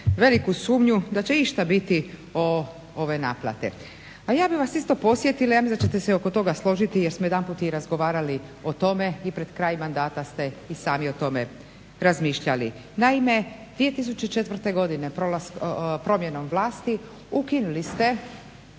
veliku sumnju da će išta biti od ove naplate. Ja bih vas isto podsjetila, ja mislim da ćete se oko toga složiti jer smo jedanput i razgovarali o tome i pred kraj mandata ste i sami o tome razmišljali. Naime, 2004. godine promjenom vlasti ukinuli ste,